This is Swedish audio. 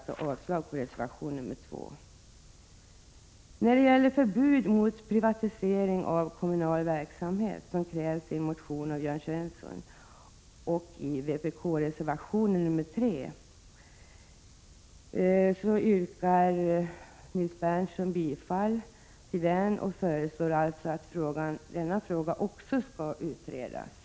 son i en motion, och i vpk-reservation nr 3 yrkar Nils Berndtson bifall till den motionen och föreslår att också denna fråga skall utredas.